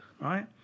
right